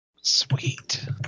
Sweet